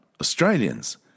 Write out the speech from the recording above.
Australians